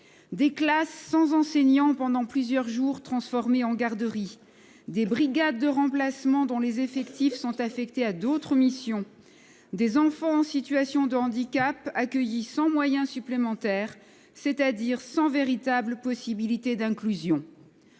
des classes, sans enseignants pendant plusieurs jours, transformées en garderie ; des brigades de remplacement dont les effectifs sont affectés à d'autres missions ; des enfants en situation de handicap accueillis sans moyens supplémentaires, c'est-à-dire sans véritable possibilité d'inclusion.